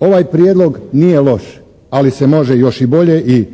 ovaj prijedlog nije loš ali se može još i bolje i